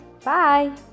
bye